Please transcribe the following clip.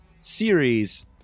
series